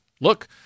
look